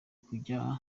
kujya